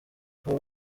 kuba